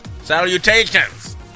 Salutations